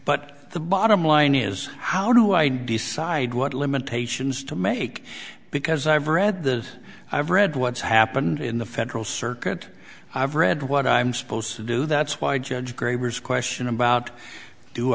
but the bottom line is how do i decide what limitations to make because i've read the i've read what's happened in the federal circuit i've read what i'm supposed to do that's why judge grader's question about do